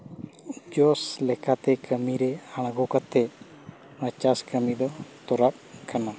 ᱡᱚᱥ ᱞᱮᱠᱟᱛᱮ ᱠᱟᱹᱢᱤ ᱨᱮ ᱟᱬᱜᱚ ᱠᱟᱛᱮ ᱚᱱᱟ ᱪᱟᱥ ᱠᱟᱹᱢᱤ ᱫᱚ ᱛᱚᱨᱟᱜ ᱠᱟᱱᱟ